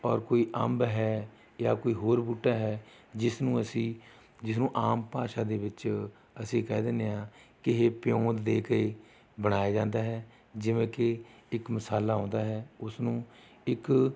ਔਰ ਕੋਈ ਅੰਬ ਹੈ ਜਾਂ ਕੋਈ ਹੋਰ ਬੂਟਾ ਹੈ ਜਿਸ ਨੂੰ ਅਸੀਂ ਜਿਸਨੂੰ ਆਮ ਭਾਸ਼ਾ ਦੇ ਵਿੱਚ ਅਸੀਂ ਕਹਿ ਦਿੰਦੇ ਹਾਂ ਕਿ ਇਹ ਪਿਉਂਦ ਲੈ ਕੇ ਬਣਾਇਆ ਜਾਂਦਾ ਹੈ ਜਿਵੇਂ ਕਿ ਇੱਕ ਮਸਾਲਾ ਆਉਂਦਾ ਹੈ ਉਸ ਨੂੰ ਇੱਕ